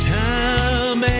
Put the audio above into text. time